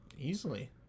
easily